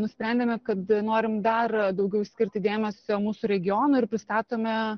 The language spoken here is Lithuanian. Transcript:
nusprendėme kad norim dar daugiau skirti dėmesio mūsų regionui ir pristatome